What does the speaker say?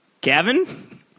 Kevin